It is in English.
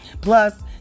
Plus